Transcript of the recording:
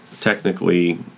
technically